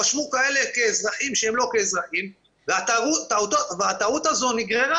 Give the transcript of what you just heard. רשמו כאזרחים שהם לא כאזרחים והטעות הזו נגררה.